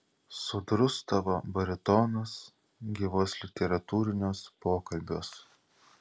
sodrus tavo baritonas gyvuos literatūriniuos pokalbiuos